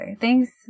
Thanks